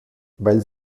weil